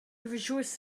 rejoiced